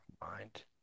mind